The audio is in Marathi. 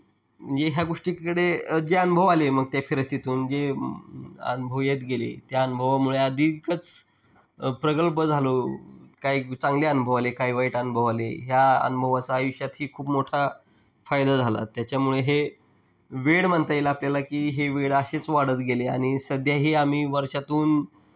म्हणजे ह्या गोष्टीकडे जे अनुभव आले मग त्या फिरस्तीतून जे अनुभव येत गेले त्या अनुभवामुळे अधिकच प्रगल्भ झालो काही चांगले अनुभव आले काय वाईट अनुभव आले ह्या अनुभवाचा आयुष्यात ही खूप मोठा फायदा झाला त्याच्यामुळे हे वेळ म्हणता येईल आपल्याला की हे वेळ असेच वाढत गेले आणि सध्याही आम्ही वर्षातून